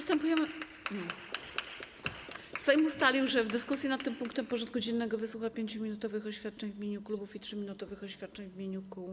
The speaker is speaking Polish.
Sejm ustalił, że w dyskusji nad tym punktem porządku dziennego wysłucha 5-minutowych oświadczeń w imieniu klubów i 3-minutowych oświadczeń w imieniu kół.